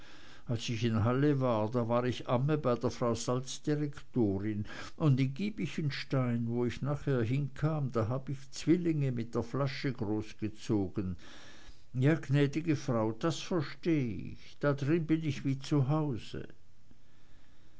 als ich in halle war da war ich amme bei der frau salzdirektorin und in giebichenstein wo ich nachher hinkam da hab ich zwillinge mit der flasche großgezogen ja gnäd'ge frau das versteh ich da drin bin ich wie zu